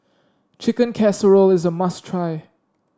Chicken Casserole is a must try